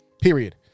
Period